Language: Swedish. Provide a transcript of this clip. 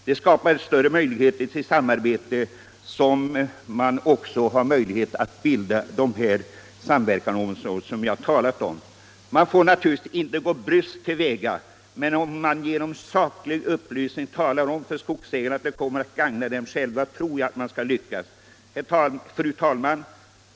Det skapar bättre förutsättningar för samarbete, och man får också större möjlighet att bilda sådana samverkansområden som jag har talat om. Man får naturligtvis inte gå bryskt till väga, men om man genom saklig upplysning talar om för skogsägarna att det kommer att gagna dem själva, tror jag att man skall lyckas.